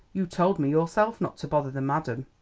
you told me yourself not to bother the madame.